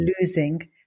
losing